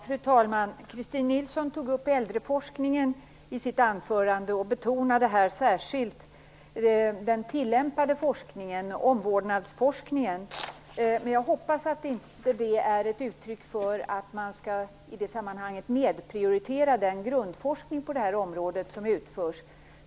Fru talman! Christin Nilsson tog upp äldreforskningen i sitt anförande och betonade särskilt den tilllämpade forskningen och omvårdnadsforskningen. Jag hoppas att det inte är ett uttryck för att man i det sammanhanget skall nedprioritera den grundforskning på det här området som utförs.